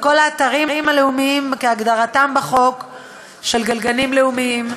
לכל האתרים הלאומיים כהגדרתם בחוק גנים לאומיים,